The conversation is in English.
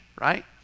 Right